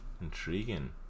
Intriguing